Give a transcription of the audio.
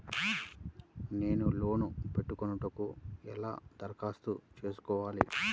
నేను లోన్ పెట్టుకొనుటకు ఎలా దరఖాస్తు చేసుకోవాలి?